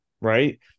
Right